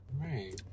right